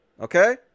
okay